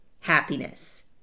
happiness